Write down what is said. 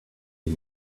you